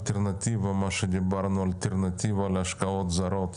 אלטרנטיבה להשקעות זרות,